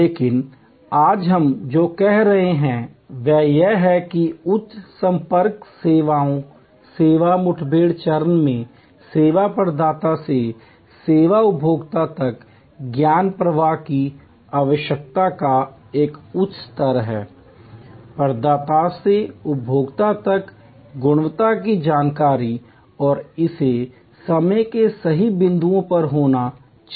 लेकिन आज हम जो कह रहे हैं वह यह है कि उच्च संपर्क सेवाओंके सेवा मुठभेड़ चरण में सेवा प्रदाता से सेवा उपभोक्ता तक ज्ञान प्रवाह की आवश्यकता का एक उच्च स्तर है प्रदाता से उपभोक्ता तक गुणवत्ता की जानकारी और इसे समय के सही बिंदुओं पर होना चाहिए